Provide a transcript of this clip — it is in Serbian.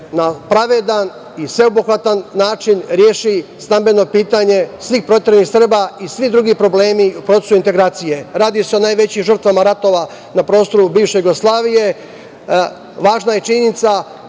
na pravedan i sveobuhvatan način reši stambeno pitanje svih proteranih Srba i svi drugi problemi u procesu integracije. Radi se o najvećim žrtvama ratova na prostoru biše Jugoslavije. Važna je činjenica